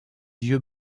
yeux